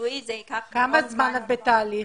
כמה זמן את בתהליך?